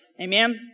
Amen